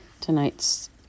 Tonight's